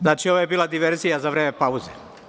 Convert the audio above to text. Znači, ovo je bila diverzija za vreme pauze.